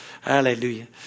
hallelujah